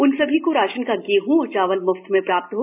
उन भी सभी को राशन का गेहूँ और चावल मुफ्त में प्राप्त हो